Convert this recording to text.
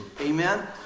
Amen